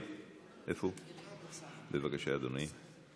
בבקשה, אדוני.